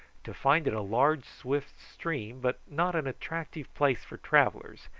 to find it a large swift stream, but not an attractive place for travellers,